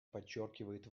подчеркивает